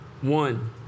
one